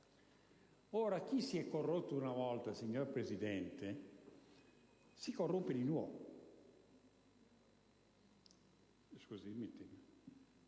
Ora, chi si è corrotto una volta, signora Presidente, si corrompe di nuovo.